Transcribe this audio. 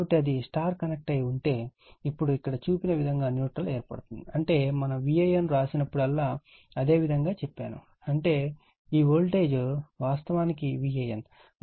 కాబట్టిఅది Y connect అయి ఉంటే ఇప్పుడు ఇక్కడ చూపించిన విధంగా న్యూట్రల్ ఏర్పడుతుంది అంటే మనం Van వ్రాసినప్పుడల్లా అదే విధంగా చెప్పాను అంటే ఈ వోల్టేజ్ వాస్తవానికి Van